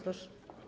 Proszę.